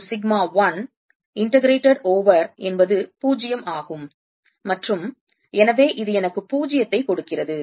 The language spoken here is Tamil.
மற்றும் சிக்மா 1 integrated ஓவர் என்பது 0 ஆகும் மற்றும் எனவே இது எனக்கு 0 ஐ கொடுக்கிறது